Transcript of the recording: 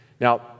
Now